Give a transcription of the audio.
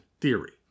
theory